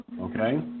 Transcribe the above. Okay